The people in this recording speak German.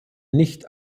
nicht